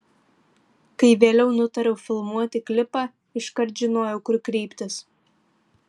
kai vėliau nutariau filmuoti klipą iškart žinojau kur kreiptis